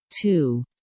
two